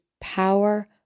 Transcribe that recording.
power